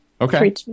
Okay